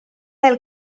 del